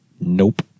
Nope